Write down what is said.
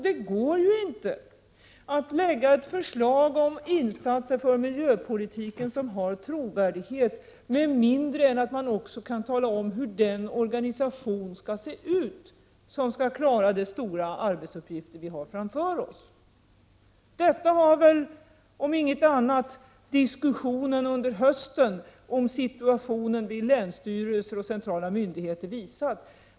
Det går inte att lägga fram förslag om insatser för miljöpolitiken som har trovärdighet med mindre än att man också kan tala om hur den organisation skall se ut som skall klara de stora arbetsuppgifter som vi har framför oss. Detta har väl, om inget annat, diskussionen under hösten om situationen vid länsstyrelser och centrala myndigheter visat.